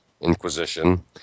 inquisition